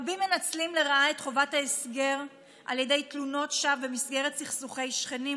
רבים מנצלים לרעה את חובת ההסגר בתלונות שווא במסגרת סכסוכי שכנים,